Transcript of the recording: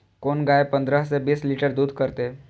कोन गाय पंद्रह से बीस लीटर दूध करते?